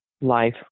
life